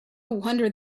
wonder